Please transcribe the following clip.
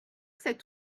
sept